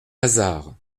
lazare